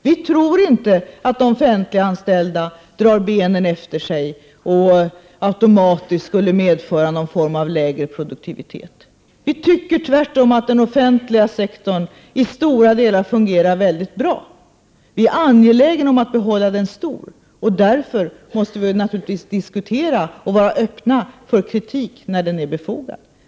Vi tror inte att offentliganställda drar benen efter sig och automatiskt skulle medföra någon form av lägre produktivitet. Vi tycker tvärtom att den offentliga sektorn i stora delar fungerar mycket bra, och vi är angelägna om att behålla den sektorn stor. Därför måste vi naturligtvis diskutera och vara öppna för kritik när den är befogad.